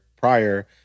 prior